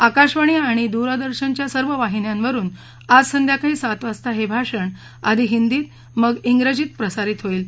आकाशवाणी आणि दूरदर्शनच्या सर्व वाहिन्यांवरून आज संध्याकाळी सात वाजता हे भाषण आधी हिंदीत आणि मग जेजीत प्रसारित होईल